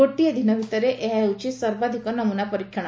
ଗୋଟିଏ ଦିନ ଭିତରେ ଏହା ହେଉଛି ସର୍ବାଧିକ ନମ୍ରନା ପରୀକ୍ଷଣ